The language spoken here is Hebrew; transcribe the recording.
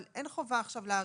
אבל אין חובה עכשיו להאריך,